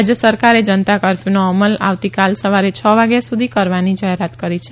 રાજ્ય સરકારે જનતા કરફયુનો અમલ આવતીકાલ સવારે છ વાગ્યા સુધી કરવાની જાહેરાત કરી છે